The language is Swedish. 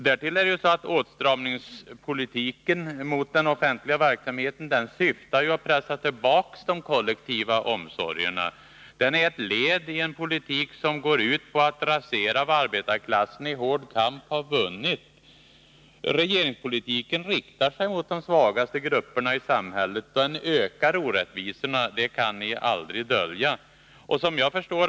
Därtill är det så att åtstramningspolitiken mot den offentliga verksamheten syftar till att pressa tillbaka de kollektiva omsorgerna. Den är ett led i en politik som går ut på att rasera vad arbetarklassen i hård kamp har vunnit. Regeringspolitiken riktar sig mot de svagaste grupperna i samhället. Den ökar orättvisorna. Det kan ni aldrig dölja.